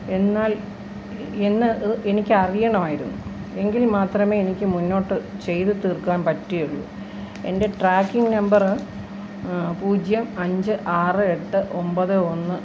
എന്നാൽ എന്ന് എനിക്ക് അറിയണമായിരുന്നു എങ്കിൽ മാത്രമേ എനിക്ക് മുന്നോട്ട് ചെയ്തു തീർക്കാൻ പറ്റുകയുള്ളു എൻ്റെ ട്രാക്കിങ് നമ്പറ് പൂജ്യം അഞ്ച് ആറ് എട്ട് ഒമ്പത് ഒന്ന്